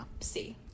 see